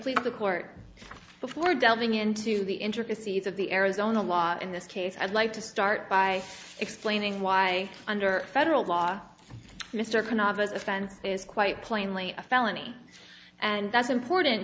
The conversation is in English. please the court before delving into the intricacies of the arizona law in this case i'd like to start by explaining why under federal law mr cannot as offense is quite plainly a felony and that's important